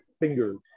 fingers